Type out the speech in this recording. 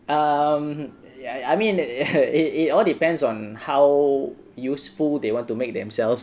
um I mean it it all depends on how useful they want to make themselves